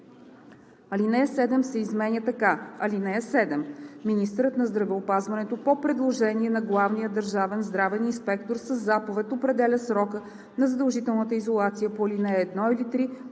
Алинея 7 се изменя така: „(7) Министърът на здравеопазването по предложение на главния държавен здравен инспектор със заповед определя срока на задължителната изолация по ал. 1 или 3